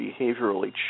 behaviorally